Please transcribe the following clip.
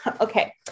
Okay